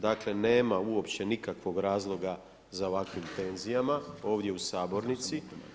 Dakle, nema uopće nikakvog razloga za ovakvim tenzijama ovdje u sabornici.